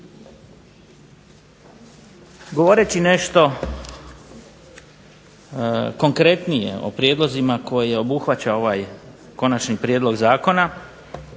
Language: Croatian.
Govoreći nešto konkretnije o prijedlozima koje obuhvaća ovaj konačni prijedlog zakona,